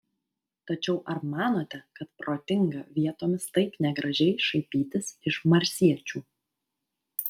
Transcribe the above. tačiau ar manote kad protinga vietomis taip negražiai šaipytis iš marsiečių